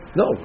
no